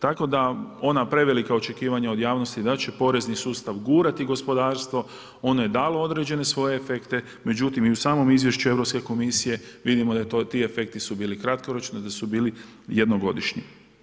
Tako da ona prevelika očekivanja od javnosti da će porezni sustav gurati gospodarstvo ono je dalo određene svoje efekte, međutim i u samom izvješću Europske komisije vidimo da ti efekti su bili kratkoročni, da su bili jednogodišnji.